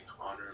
honor